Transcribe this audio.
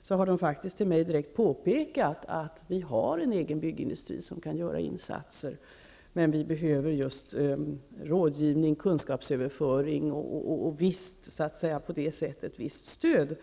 dessa tillfällen har det direkt påpekats att man har en egen byggindustri som kan göra insatser, men att man behöver rådgivning, kunskapsöverföring och visst stöd.